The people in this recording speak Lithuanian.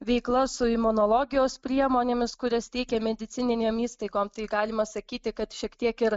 veikla su imunologijos priemonėmis kurias teikia medicininėm įstaigom tai galima sakyti kad šiek tiek ir